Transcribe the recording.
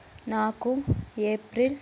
ನಾಲ್ಕು ಏಪ್ರಿಲ್